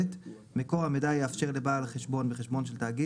מקור המידע יאפשר לבעל חשבון בחשבון של תאגיד